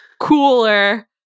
cooler